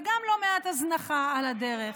וגם לא מעט הזנחה על הדרך.